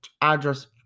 address